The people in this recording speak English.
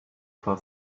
for